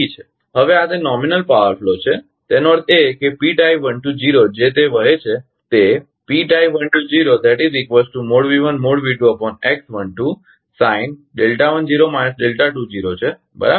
હવે આ તે નોમીનલ પાવર ફ્લો છે એનો અર્થ એ કે જે તે વહે છે તે છે બરાબર